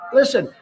listen